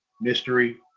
mystery